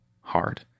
hard